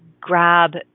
grab